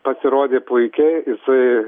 pasirodė puikiai jisai